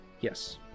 Yes